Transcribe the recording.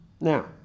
Now